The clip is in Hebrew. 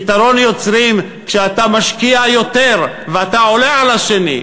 יתרון יוצרים כשאתה משקיע יותר ואתה עולה על השני,